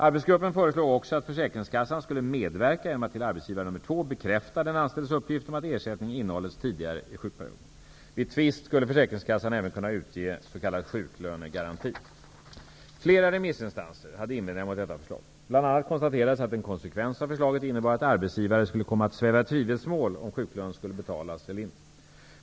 Arbetsgruppen föreslog också att försäkringskassan skulle medverka genom att till arbetsgivare nummer två bekräfta den anställdes uppgift om att ersättning innehållits tidigare i sjukperioden. Vid tvist skulle försäkringskassan även kunna utge s.k. sjuklönegaranti. Flera remissinstanser hade invändningar mot detta förslag. Bl.a. konstaterades att en konsekvens av förslaget var att arbetsgivare skulle komma att sväva i tvivelsmål om sjuklön skulle betalas eller inte.